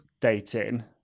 dating